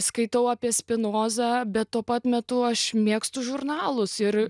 skaitau apie spinozą bet tuo pat metu aš mėgstu žurnalus ir